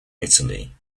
italy